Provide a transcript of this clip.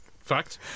Fact